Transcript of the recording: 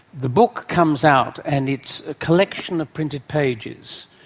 the book comes out and it's a collection of printed pages,